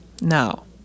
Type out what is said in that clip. Now